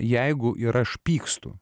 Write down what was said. jeigu ir aš pykstu